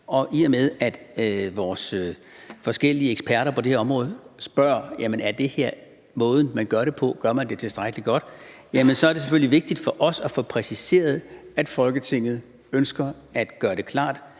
og forskellige eksperter på det her område spørger: Er det her måden, man gør det på? Gør man det tilstrækkelig godt? På den baggrund er det selvfølgelig lidt vigtigt for os at få præciseret, at Folketinget ønsker at gøre det klart